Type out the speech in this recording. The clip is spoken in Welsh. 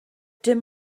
dim